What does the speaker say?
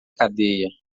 cadeia